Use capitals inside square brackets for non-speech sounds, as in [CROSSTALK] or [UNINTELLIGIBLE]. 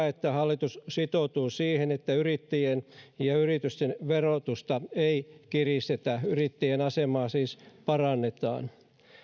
[UNINTELLIGIBLE] että hallitus sitoutuu siihen että yrittäjien ja yritysten verotusta ei kiristetä yrittäjien asemaa siis parannetaan